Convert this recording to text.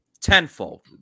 tenfold